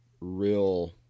real